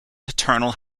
paternal